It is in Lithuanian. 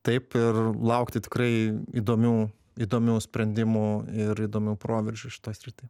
taip ir laukti tikrai įdomių įdomių sprendimų ir įdomių proveržių šitoj srity